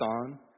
on